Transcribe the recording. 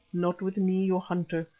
not with me, your hunter.